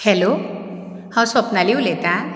hello हांव स्वप्नाली उलयतां